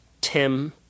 Tim